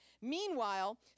Meanwhile